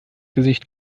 gesicht